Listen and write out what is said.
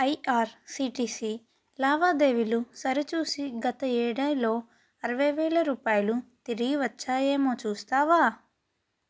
IRCTC లావాదేవీలు సరిచూసి గత యేడేలో అరవై వేల రూపాయలు తిరిగి వచ్చాయేమో చూస్తావా